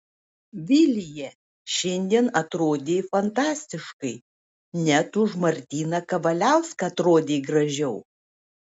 vilija šiandien atrodei fantastiškai net už martyną kavaliauską atrodei gražiau